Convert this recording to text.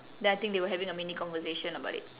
then I think they were having a mini conversation about it